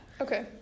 okay